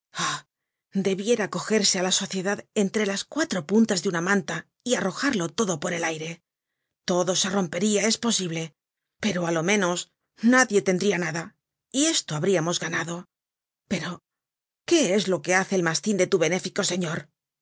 debiera cogerse á la sociedad entre las cuatro puntas de una manta y arrojarlo todo por el aire todo se romperia es posible pero á lo menos nadie tendria nada y esto habríamos ganado pero qué es lo que hace elmastin de tu benéfico señor